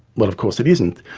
well of course it isn't,